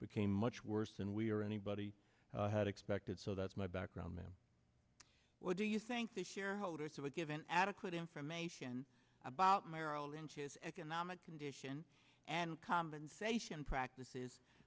much worse than we are anybody had expected so that's my background ma'am what do you think the shareholders were given adequate information about merrill lynch's economic condition and compensation practices